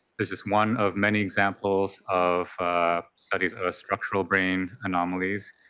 is just one of many examples of studies of structural brain anomalies.